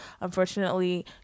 unfortunately